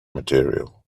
material